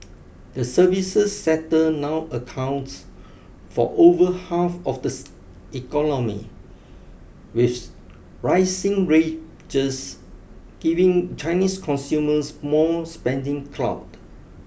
the services sector now accounts for over half of the economy with rising wages giving Chinese consumers more spending clout